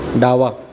डावा